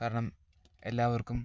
കാരണം എല്ലാവർക്കും